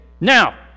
Now